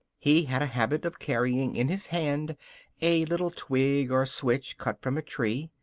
he had a habit of carrying in his hand a little twig or switch cut from a tree.